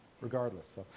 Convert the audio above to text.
regardless